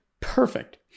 perfect